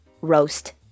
roast